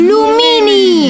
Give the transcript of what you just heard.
Lumini